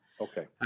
Okay